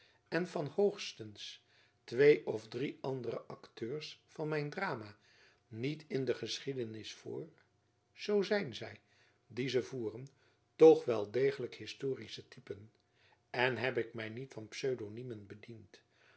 en van hoogstens twee of drie andere akteurs van mijn drama niet in de geschiedenis voor zoo zijn zy die ze voeren toch wel degelijk historische typen en heb ik my niet van pseudonymen bediend